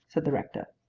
said the rector.